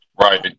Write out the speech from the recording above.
Right